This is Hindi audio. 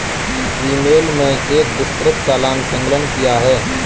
ई मेल में एक विस्तृत चालान संलग्न किया है